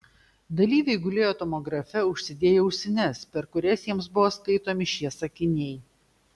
dalyviai gulėjo tomografe užsidėję ausines per kurias jiems buvo skaitomi šie sakiniai